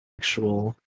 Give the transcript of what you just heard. actual